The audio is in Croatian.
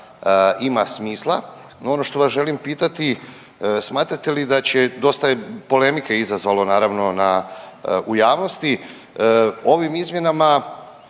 ima smisla. No, ono što vas želim pitati smatrate li da će, dosta je polemike izazvalo naravno na, u javnosti, ovim izmjenama